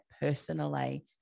personally